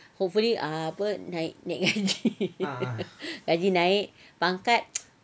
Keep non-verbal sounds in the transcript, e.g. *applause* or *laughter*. hopefully ah apa naik *laughs* gaji naik pangkat